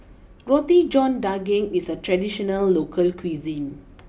Roti John Daging is a traditional local cuisine